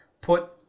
put